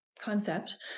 concept